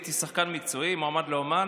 הייתי שחקן מקצועי, מועמד לאומן.